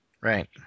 Right